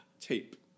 tape